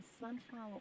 sunflower